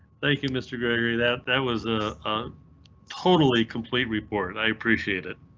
thank you mr. gregory, that that was a totally complete report. i appreciate it.